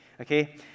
Okay